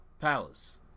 palace